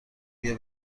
بیا